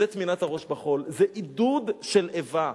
זו טמינת הראש בחול, זה עידוד של איבה.